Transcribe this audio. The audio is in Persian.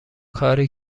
کاری